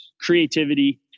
creativity